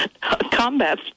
combat